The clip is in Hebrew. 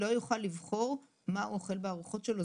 לא יוכל לבחור מה הוא אוכל בארוחות שלו.